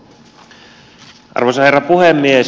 arvoisa herra puhemies